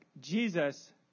Jesus